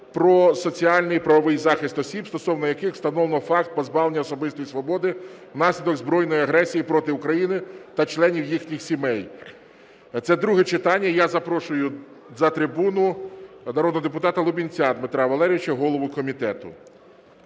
про соціальний і правовий захист осіб, стосовно яких встановлено факт позбавлення особистої свободи внаслідок збройної агресії проти України, та членів їхніх сімей (це друге читання). Я запрошую за трибуну народного депутата Лубінця Дмитра Валерійовича, голову комітету.